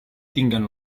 tinguen